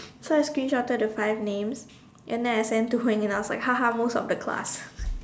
so I screenshotted the five names and then I send to Hui-Ying I was like haha most of the class